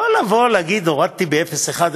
לא לבוא ולהגיד הורדתי ב-0.1.